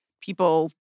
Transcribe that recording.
people